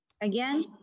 Again